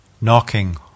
knocking